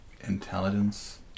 intelligence